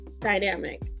dynamic